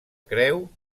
creu